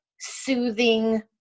soothing